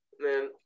Man